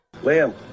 Liam